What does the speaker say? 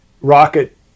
rocket